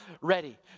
ready